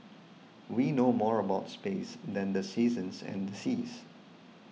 we know more about space than the seasons and the seas